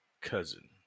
cousin